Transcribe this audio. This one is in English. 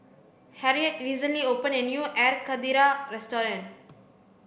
harriet recently opened a new air karthira restaurant